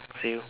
see you